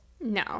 No